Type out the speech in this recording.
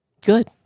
good